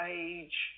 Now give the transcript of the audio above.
age